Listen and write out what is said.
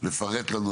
לפרט לנו,